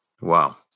wow